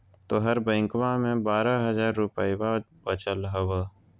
तोहर बैंकवा मे बारह हज़ार रूपयवा वचल हवब